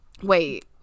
wait